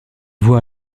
voit